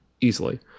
Easily